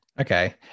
Okay